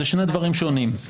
אלה שני דברים שונים.